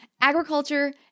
agriculture